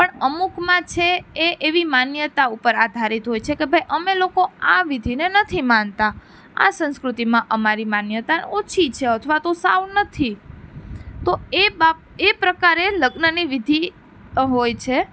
પણ અમુકમાં છે એ એવી માન્યતાઓ ઉપર આધારીત હોય છે કે ભાઈ અમે લોકો આ વિધિને નથી માનતા આ સંસ્કૃતિમાં અમારી માન્યતા ઓછી છે અથવા તો સાવ નથી તો એ બાબ એ પ્રકારે લગ્નની વિધિ હોય છે